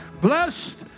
Blessed